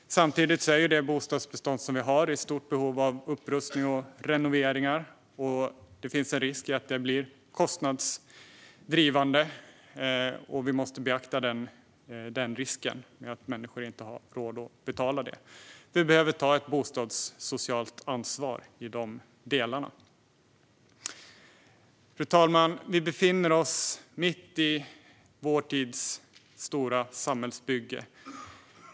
Samtidigt är det bostadsbestånd som vi har i stort behov av upprustning och renoveringar. Det finns en risk att det blir kostnadsdrivande. Vi måste beakta risken att människor inte har råd att betala för det. Vi behöver ta ett bostadssocialt ansvar i de delarna. Fru talman! Vi befinner oss mitt i vår tids stora samhällsbygge.